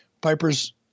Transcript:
Piper's